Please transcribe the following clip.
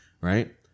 right